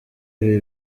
ibi